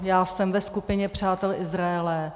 Já jsem ve skupině přátel Izraele.